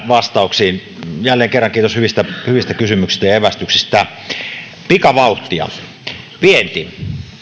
vastauksiin jälleen kerran kiitos hyvistä hyvistä kysymyksistä ja evästyksistä pikavauhtia vienti